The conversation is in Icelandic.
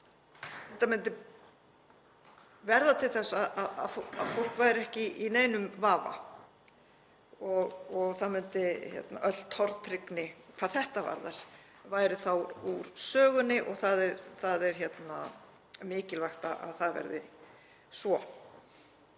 Þetta myndi verða til þess að fólk væri ekki í neinum vafa og öll tortryggni hvað þetta varðar væri þá úr sögunni. Það er mikilvægt að það verði svo.